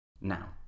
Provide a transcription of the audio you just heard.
Now